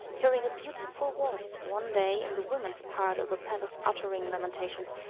hearing a beautiful voice one day in the women's part of the palace uttering lamentations,